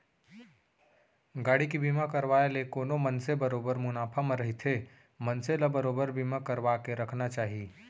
गाड़ी के बीमा करवाय ले कोनो मनसे बरोबर मुनाफा म रहिथे मनसे ल बरोबर बीमा करवाके रखना चाही